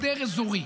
הסדר אזורי.